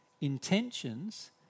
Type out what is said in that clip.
intentions